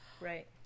Right